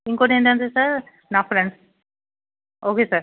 ఇంకొటి ఏంటంటే సార్ నా friends okay sir